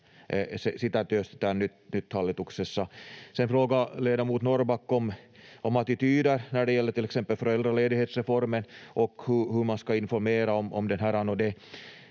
Sitä työstetään nyt hallituksessa. Sedan frågade ledamot Norrback om attityder när det gäller till exempel föräldraledighetsreformen och hur man ska informera om det här. Det